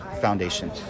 Foundation